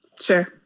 Sure